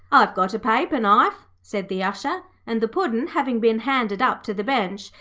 i've got a paper-knife said the usher and, the puddin' having been handed up to the bench,